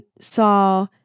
saw